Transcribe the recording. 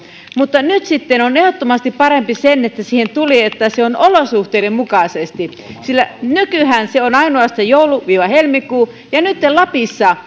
mutta nyt sitten on ehdottomasti parempi että siihen tuli se että se on olosuhteiden mukaisesti sillä nykyään se on ainoastaan joulu helmikuu nyt lapissa